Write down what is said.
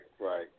right